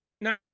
No